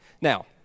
Now